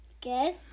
Good